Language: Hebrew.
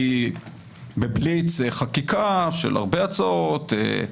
היא בבליץ חקיקה של הרבה הצעות.